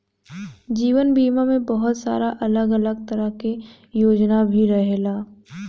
जीवन बीमा में बहुत सारा अलग अलग तरह के योजना भी रहेला